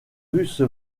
russe